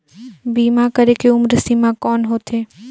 बीमा करे के उम्र सीमा कौन होथे?